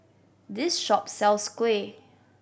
this shop sells kuih